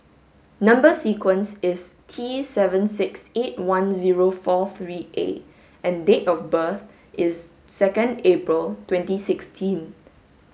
number sequence is T seven six eight one zero four three A and date of birth is second April twenty sixteen